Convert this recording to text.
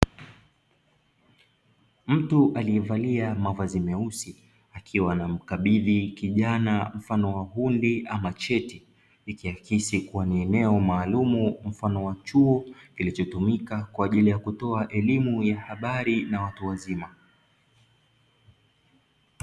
Mtu aliyevalia mavazi meusi akiwa anamkabidhi kijana mfano wa hundi ama cheti, ikiakisi kuwa ni eneo maalumu mfano wa chuo kilichotumika kwa ajili ya kutoa elimu ya habari na watu wazima.